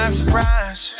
surprise